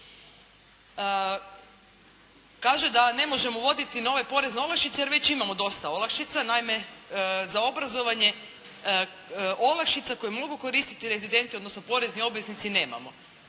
Kaže da ne možemo uvoditi nove porezne olakšice jer već imamo dosta olakšica. Naime, za obrazovanje olakšica koje mogu koristiti rezidenti, odnosno porezni obveznici nemamo.